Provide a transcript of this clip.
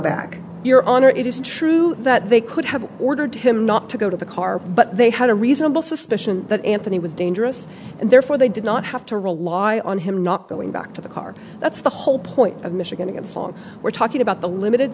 back your honor it is true that they could have ordered him not to go to the car but they had a reasonable suspicion that anthony was dangerous and therefore they did not have to rely on him not going back to the car that's the whole point of michigan it's law we're talking about the limited